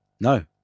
no